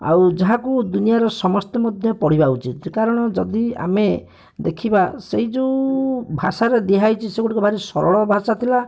ଆଉ ଯାହାକୁ ଦୁନିଆର ସମସ୍ତେ ମଧ୍ୟ ପଢ଼ିବା ଉଚିତ୍ କାରଣ ଯଦି ଆମେ ଦେଖିବା ସେଇ ଯୋଉ ଭାଷାରେ ଦିଆ ହେଇଛି ସେଗୁଡ଼ିକ ଭାରି ସରଳ ଭାଷା ଥିଲା